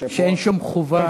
שאין שום חובה,